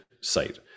site